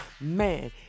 man